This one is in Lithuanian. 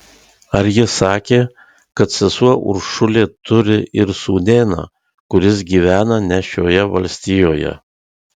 ar ji sakė kad sesuo uršulė turi ir sūnėną kuris gyvena ne šioje valstijoje